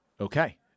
Okay